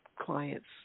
clients